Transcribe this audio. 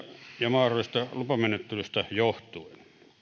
ja mahdollisista lupamenettelyistä johtuen